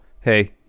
hey